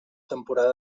temporada